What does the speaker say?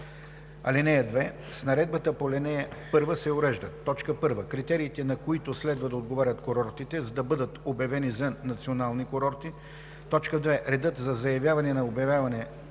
(2) С наредбата по ал. 1 се уреждат: 1. критериите, на които следва да отговарят курортите, за да бъдат обявени за национални курорти; 2. редът за заявяване на обявяване